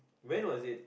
when was it